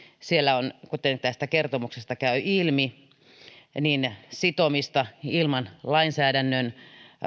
siellä on kuten tästä kertomuksesta käy ilmi sitomista ilman lainsäädännön